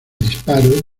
disparo